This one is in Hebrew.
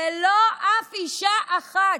ולא אף אישה אחת.